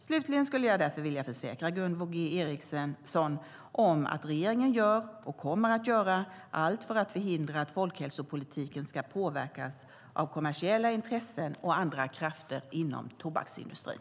Slutligen skulle jag därför vilja försäkra Gunvor G Ericson om att regeringen gör, och kommer att göra, allt för att förhindra att folkhälsopolitiken ska påverkas av kommersiella intressen och andra krafter inom tobaksindustrin.